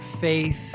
faith